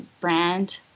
brand